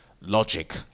logic